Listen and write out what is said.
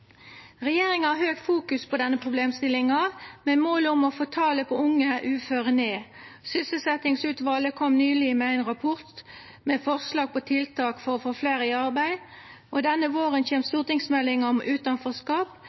Regjeringa har høgt fokus på denne problemstillinga, med mål om å få talet på unge uføre ned. Sysselsettingsutvalet kom nyleg med ein rapport med forslag til tiltak for å få fleire i arbeid, og denne våren kjem stortingsmeldinga om utanforskap.